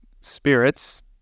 spirits